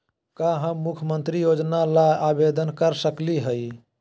का हम मुख्यमंत्री योजना ला आवेदन कर सकली हई?